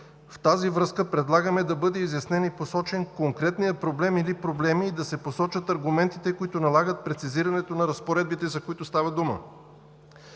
„В тази връзка предлагаме да бъде изяснен и посочен конкретният проблем или проблеми, и да се посочат аргументите, които налагат прецизирането на разпоредбите, за които става дума.